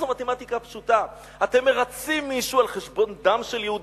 אז זו מתמטיקה פשוטה: אתם מרצים מישהו על חשבון דם של יהודים.